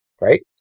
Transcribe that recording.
right